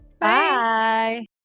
Bye